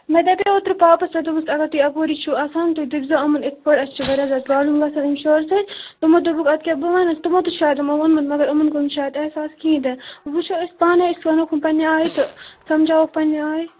مےٚ دَپیٛاو اوترٕ پاپَس مےٚ دوٚپمَس اگر تُہۍ اَپٲری چھِو آسان تُہۍ دٔپۍزیٚو یِمَن یتھٕ پٲٹھۍ اَسہِ چھِ واریاہ زیادٕ پرٛابلِم گژھان اَمہِ شورٕ سۭتۍ تِمو دوٚپُکھ اَدٕ کیٛاہ بہٕ وَنکھ تِمو تہِ چھُ شاید یِمن ووٚنمُت مگر یِمَن گوٚو نہٕ شاید احساس کِہیٖنۍ تہِ وۅنۍ وُچھو أسۍ پانَے أسۍ وَنہوکھ پنٕنہِ آیہِ تہٕ سَمجھاوَہوکھ پَنٕنہِ آیہِ